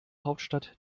hauptstadt